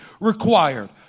required